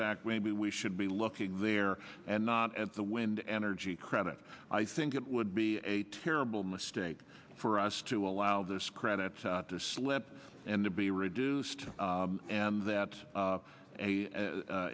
back maybe we should be looking there and not at the wind energy credit i think it would be a terrible mistake for us to allow this credit to slip and to be reduced and that